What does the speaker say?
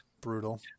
Brutal